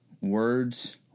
words